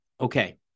okay